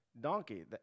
donkey